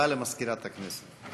הודעה למזכירת הכנסת.